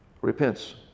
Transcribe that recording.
repents